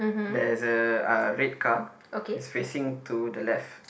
there's a red car is facing to the left